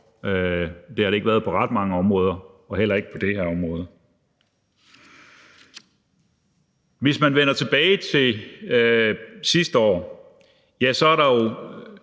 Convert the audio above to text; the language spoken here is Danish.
Det har det ikke været på ret mange områder og heller ikke på det her område. Hvis man vender tilbage til sidste år, ja, så er der jo